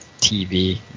TV